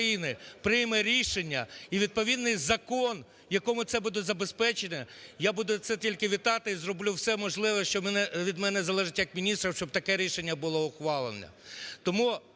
прийме рішення і відповідний закон, в якому це буде забезпечено, я буду це тільки вітати і зроблю все можливе, що від мене залежить як міністра, щоб таке рішення було ухвалене.